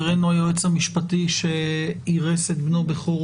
יפתח בדבריו היועץ המשפטי של הוועדה על מנת להזכיר